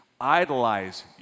idolize